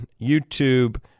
YouTube